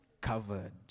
covered